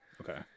Okay